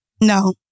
No